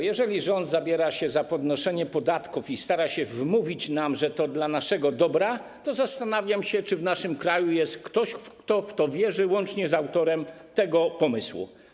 Jeżeli rząd zabiera się za podwyższanie podatków i stara się wmówić nam, że to jest dla naszego dobra, to zastanawiam się, czy w naszym kraju jest ktoś, kto w to wierzy, łącznie z autorem tego pomysłu.